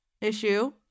issue